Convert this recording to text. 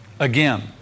Again